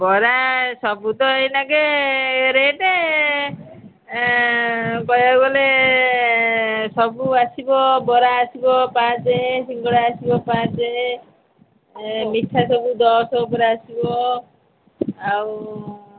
ବରା ସବୁ ତ ଏଇନାକେ ରେଟ୍ କହିବାକୁ ଗଲେ ସବୁ ଆସିବ ବରା ଆସିବ ପାଞ୍ଚ ସିଙ୍ଗଡ଼ା ଆସିବ ପାଞ୍ଚ ମିଠା ସବୁ ଦଶ ଉପରେ ଆସିବ ଆଉ